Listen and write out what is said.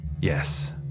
Yes